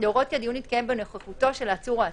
להורות כי הדיון יתקיים בנוכחותו של העצור או האסיר,